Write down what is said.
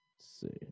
See